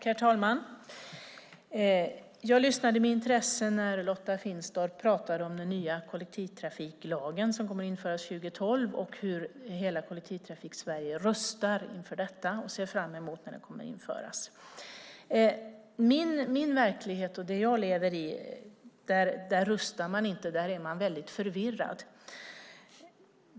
Herr talman! Jag lyssnade med intresse när Lotta Finstorp pratade om den nya kollektivtrafiklagen, som kommer att införas 2012, och hur hela Kollektivtrafiksverige rustar inför detta och ser fram emot att den ska införas. I min verklighet, den jag lever i, rustar man inte, där är man väldigt förvirrad.